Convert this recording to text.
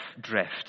drift